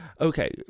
Okay